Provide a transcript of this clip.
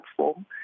platform